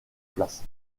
place